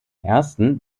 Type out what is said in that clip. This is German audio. ersten